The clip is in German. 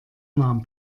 nahm